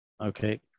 Okay